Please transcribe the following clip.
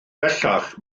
bellach